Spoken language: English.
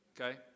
Okay